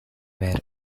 were